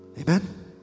Amen